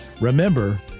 remember